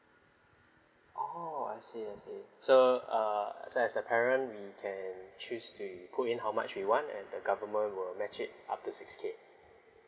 oh I see I see so uh so as the parent we can choose to put in how much we want and the government will match it up to six K